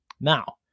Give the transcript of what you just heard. Now